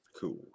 Cool